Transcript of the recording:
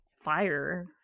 fire